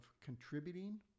contributing